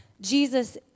Jesus